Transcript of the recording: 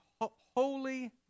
holy